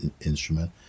instrument